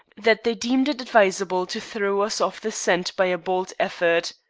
that they deemed it advisable to throw us off the scent by a bold effort.